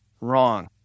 Wrong